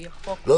כי החוק --- לא,